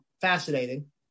fascinating